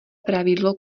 pravidlo